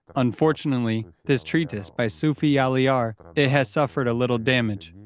unfortunately, this treatise by sufi allahyar it has suffered a little damage,